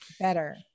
better